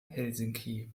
helsinki